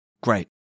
Great